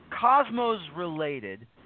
Cosmos-related